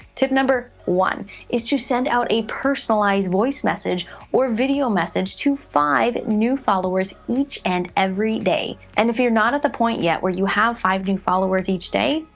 tip number one is to send out a personalized voice message or video message to five new followers each and every day. and if you're not at the point yet where you have five new followers each day,